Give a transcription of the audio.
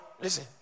listen